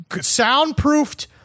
soundproofed